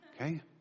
Okay